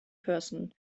person